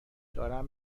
دارم